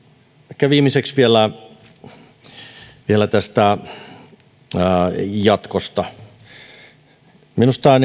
viimeiseksi vielä vielä tästä jatkosta minusta on